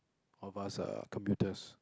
of us uh commuters